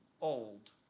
old